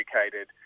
educated